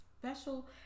special